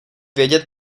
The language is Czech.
vědět